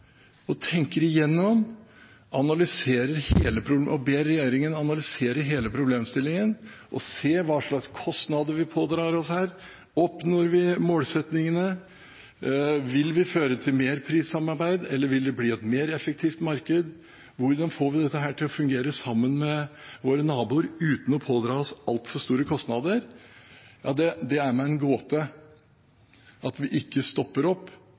pådrar oss her. Oppnår vi målsettingene? Vil det føre til mer prissamarbeid? Vil det bli et mer effektivt marked? Hvordan får vi dette til å fungere – sammen med våre naboer – uten å pådra oss altfor store kostnader? Det er meg en gåte at vi ikke stopper opp.